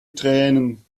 tränen